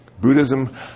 Buddhism